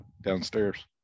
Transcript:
downstairs